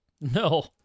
No